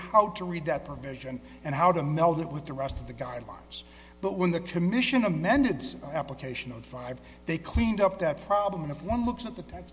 how to read that provision and how to meld it with the rest of the guidelines but when the commission amended application of five they cleaned up that problem and if one looks at the t